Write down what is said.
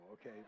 Okay